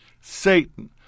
Satan